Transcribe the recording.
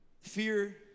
Fear